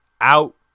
out